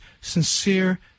sincere